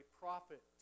prophet